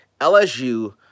LSU